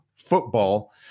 football